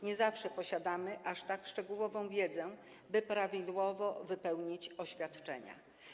Nie zawsze posiadamy aż tak szczegółową wiedzę, by prawidłowo wypełnić oświadczenie.